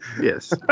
Yes